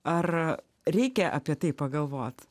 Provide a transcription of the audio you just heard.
ar reikia apie tai pagalvot